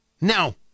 Now